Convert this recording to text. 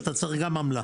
אתה צריך גם עמלה.